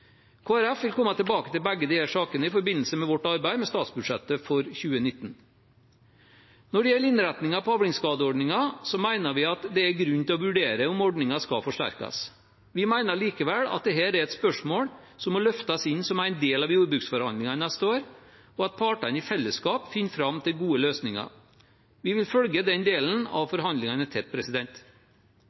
vil komme tilbake til begge disse sakene i forbindelse med arbeidet med statsbudsjettet for 2019. Når det gjelder innretningen på avlingsskadeordningen, mener vi det er grunn til å vurdere om ordningen skal forsterkes. Vi mener likevel at dette er et spørsmål som må løftes inn som en del av jordbruksforhandlingene neste år, og at partene i fellesskap finner fram til gode løsninger. Vi vil følge den delen av forhandlingene tett.